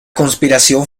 conspiración